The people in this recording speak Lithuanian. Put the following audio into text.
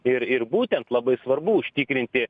ir ir būtent labai svarbu užtikrinti